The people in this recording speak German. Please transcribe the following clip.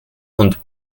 und